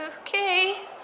Okay